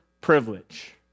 privilege